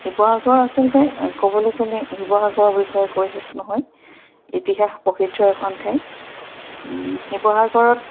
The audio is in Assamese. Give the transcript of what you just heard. শিৱসাগৰ আচলতে ক'বলৈ গ'লে শিৱসাগৰৰ বিষয়ে কৈ শেষ নহয় ইতিহাস প্ৰসিদ্ধ এখন ঠাই শিৱসাগৰত